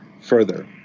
Further